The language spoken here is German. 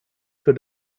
für